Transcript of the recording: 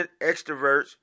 extroverts